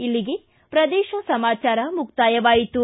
ಇಲ್ಲಿಗೆ ಪ್ರದೇಶ ಸಮಾಚಾರ ಮುಕ್ತಾಯವಾಯಿತು